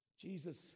Jesus